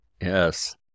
yes